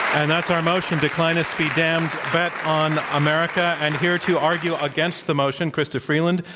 and that's our motion, declinists be damned bet on america. and here to argue against the motion, chrystia freeland.